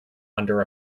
under